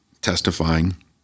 testifying